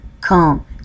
come